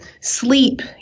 sleep